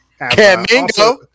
Camingo